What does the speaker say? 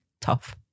tough